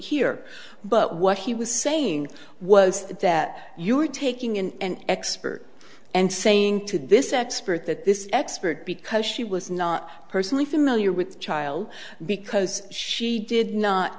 here but what he was saying was that you were taking and expert and saying to this expert that this expert because she was not personally familiar with child because she did not